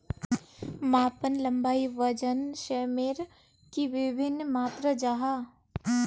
मापन लंबाई वजन सयमेर की वि भिन्न मात्र जाहा?